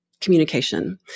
communication